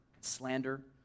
slander